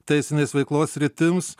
teisinės veiklos sritims